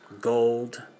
Gold